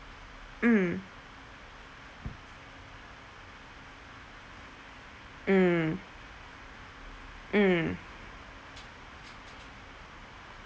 mm mm mm